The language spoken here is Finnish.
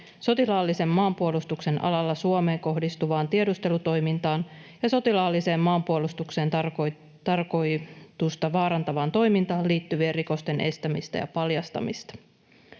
sotilaallisen maanpuolustuksen alalla Suomeen kohdistuvaan tiedustelutoimintaan ja sotilaallisen maanpuolustuksen tarkoitusta vaarantavaan toimintaan liittyvien rikosten estämistä ja paljastamista.